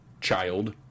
child